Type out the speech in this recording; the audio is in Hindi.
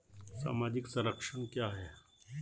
सामाजिक संरक्षण क्या है?